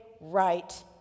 right